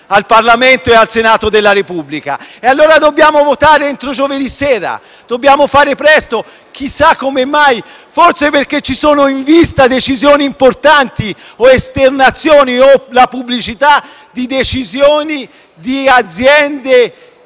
al Parlamento e al Senato della Repubblica. Allora dobbiamo votare entro giovedì sera, dobbiamo fare presto, chissà come mai. Forse perché ci sono in vista decisioni importanti, esternazioni o anche la pubblicità di decisioni di aziende